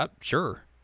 sure